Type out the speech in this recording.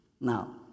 now